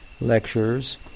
lectures